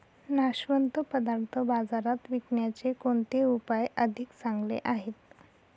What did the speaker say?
नाशवंत पदार्थ बाजारात विकण्याचे कोणते उपाय अधिक चांगले आहेत?